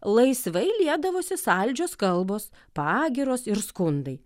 laisvai liedavosi saldžios kalbos pagyros ir skundai